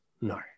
no